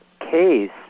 case